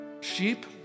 Sheep